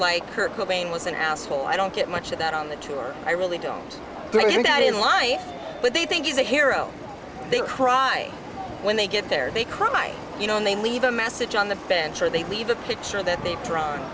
like kurt cobain was an asshole i don't get much of that on the tour i really don't bring you that in life but they think he's a hero they cry when they get there they cry you know and they leave a message on the bench or they leave a picture that they